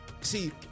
See